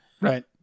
Right